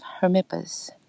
Hermippus